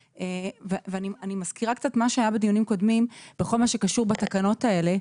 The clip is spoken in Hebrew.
ואני מזכירה קצת מה שהיה בדיונים קודמים בכל מה שקשור בתקנות האלה.